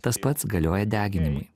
tas pats galioja deginimui